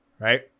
right